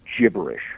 gibberish